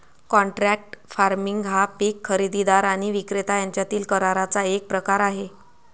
contract farming हा पीक खरेदीदार आणि विक्रेता यांच्यातील कराराचा एक प्रकार आहे